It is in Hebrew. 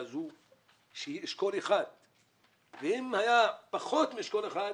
הזאת שנמנית על אשכול 1. אם הייתה פחות מאשכול 1,